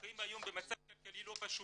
חיים היום במצב כלכלי לא פשוט.